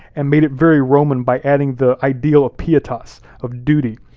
and made it very roman by adding the ideal of pietas, of duty.